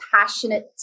passionate